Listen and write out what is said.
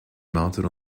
mounted